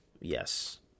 Yes